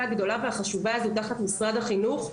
הגדולה והחשובה הזאת תחת משרד החינוך,